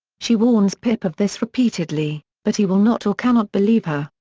she warns pip of this repeatedly, but he will not or cannot believe her.